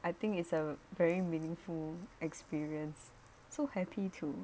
I think it's a very meaningful experience so happy to